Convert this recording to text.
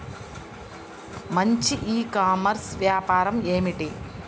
మంచి e commerce వ్యాపారం ఏమిటీ?